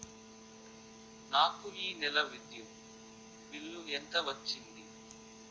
నాకు ఈ నెల విద్యుత్ బిల్లు ఎంత వచ్చింది?